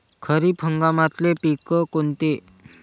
खरीप हंगामातले पिकं कोनते?